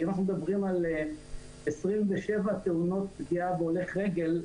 אם אנחנו מדברים על 27 תאונות פגיעה בהולך רגל,